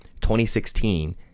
2016